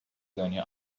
دنیا